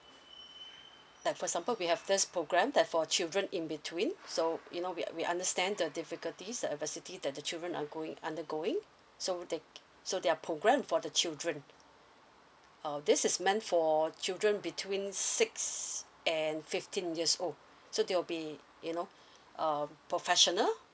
like for example we have this program that for children in between so you know we we understand the difficulties the adversity that the children are going undergoing so they so they're programmed for the children uh this is meant for children between six and fifteen years old so they will be you know um professional